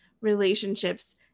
relationships